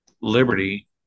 Liberty